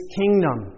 kingdom